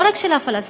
ולא רק של הפלסטיני,